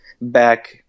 back